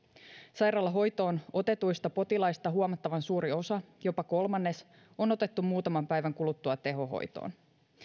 sairaalahoitoon otetuista potilaista huomattavan suuri osa jopa kolmannes on otettu muutaman päivän kuluttua tehohoitoon